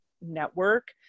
network